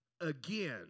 again